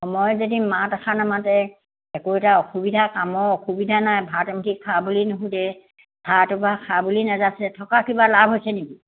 সময়ত যদি মাত এখাৰ নামাতে একো এটা অসুবিধা কামৰ অসুবিধা নাই ভাত এমুঠি খা বুলি নুসুধে ভাতটো বা খা বুলি নেযাচে থকা কিবা লাভ হৈছে নেকি